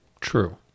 True